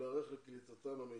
ולהיערך לקליטתם המיטבית.